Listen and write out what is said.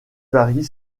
varient